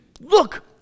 Look